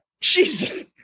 Jesus